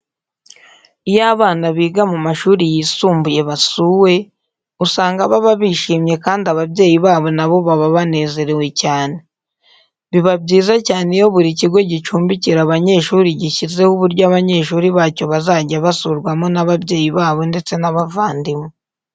Iyo abana biga mu mashuri yisumbuye basuwe, usanga baba bishimye kandi ababyeyi babo na bo baba banezerewe cyane. Biba byiza cyane iyo buri kigo gicumbikira abanyeshuri gishyizeho uburyo abanyeshuri bacyo bazajya basurwamo n'ababyeyi babo ndetse n'abavandimwe.